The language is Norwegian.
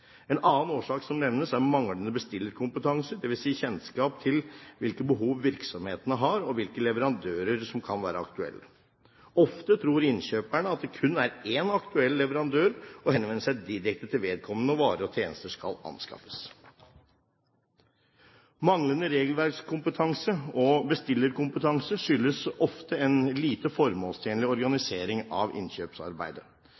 En annen årsak som nevnes, er manglende bestillerkompetanse, dvs. kjennskap til hvilke behov virksomheten har, og hvilke leverandører som kan være aktuelle. Ofte tror innkjøperne at det kun er én aktuell leverandør og henvender seg direkte til vedkommende når varer og tjenester skal anskaffes. Manglende regelverkskompetanse og bestillerkompetanse skyldes ofte en lite formålstjenlig